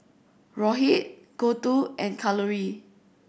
Rohit Gouthu and Kalluri